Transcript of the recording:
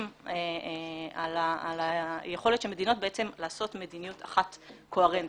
על היכולת של המדינות לעשות מדיניות אחת קוהרנטית.